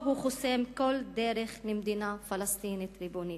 הוא חוסם כל דרך למדינה פלסטינית ריבונית.